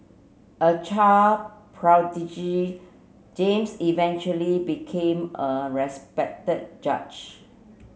a child prodigy James eventually became a respected judge